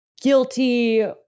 guilty